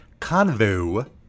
convo